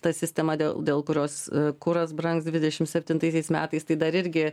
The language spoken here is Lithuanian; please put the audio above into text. ta sistema dėl dėl kurios kuras brangs dvidešimt septintaisiais metais tai dar irgi